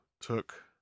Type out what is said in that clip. took